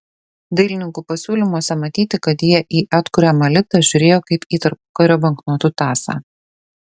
dailininkų pasiūlymuose matyti kad jie į atkuriamą litą žiūrėjo kaip į tarpukario banknotų tąsą